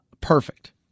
perfect